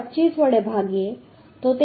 25 વડે ભાગીએ તો તે 101